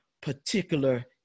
particular